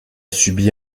subi